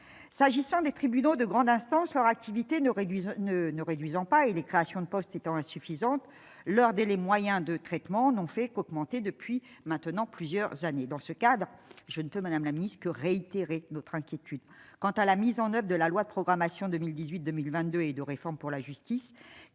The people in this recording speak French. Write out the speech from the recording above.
s'agissant des tribunaux de grande instance leur activité ne réduise ne ne réduisant pas et les créations de postes étant insuffisantes leur délai moyen de traitement n'ont fait qu'augmenter depuis maintenant plusieurs années, dans ce cadre, je ne peux Madame la Ministre que réitérer notre inquiétude quant à la mise en oeuvre et de la loi de programmation 2018, 2 1000 22 et de réforme pour la justice,